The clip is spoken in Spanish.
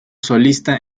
solista